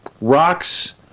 rocks